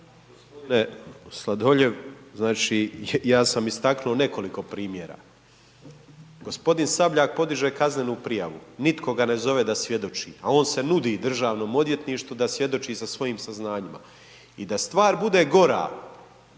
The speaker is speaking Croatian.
G. Sladoljev, znači ja sam istaknuo nekoliko primjera. G. Sabljak podiže kaznenu prijavu, nitko ga ne zove da svjedoči a on se nudi Državnom odvjetništvu da svjedoči sa svojim saznanjima i da stvar bude gora,